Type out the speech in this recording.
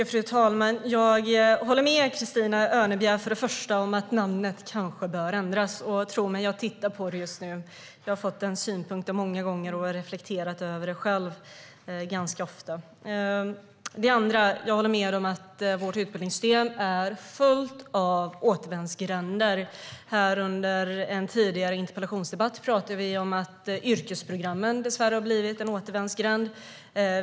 Fru talman! Jag håller för det första med Christina Örnebjär om att namnet kanske bör ändras, och tro mig att jag tittar på det just nu. Jag har fått den synpunkten många gånger och har reflekterat över det själv ganska ofta. För det andra håller jag med om att vårt utbildningssystem är fullt av återvändsgränder. Under en tidigare interpellationsdebatt här pratade vi om att yrkesprogrammen dessvärre har blivit en återvändsgränd.